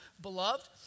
Beloved